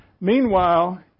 Meanwhile